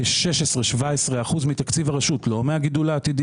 כ-17-16 אחוזים מתקציב הרשות - לא מהגידול העתידי